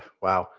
wow.